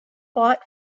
fought